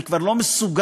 אני כבר לא מסוגל,